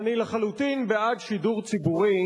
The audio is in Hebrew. אני לחלוטין בעד שידור ציבורי,